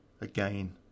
Again